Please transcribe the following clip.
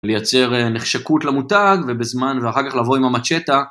לייצר נחשקות למותג ובזמן ואחר כך לבוא עם המצ'טה.